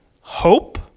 hope